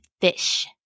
fish